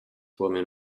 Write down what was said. woman